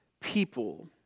people